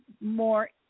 more